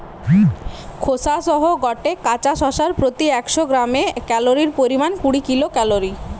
খোসা সহ গটে কাঁচা শশার প্রতি একশ গ্রামে ক্যালরীর পরিমাণ কুড়ি কিলো ক্যালরী